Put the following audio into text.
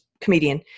comedian